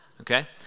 Okay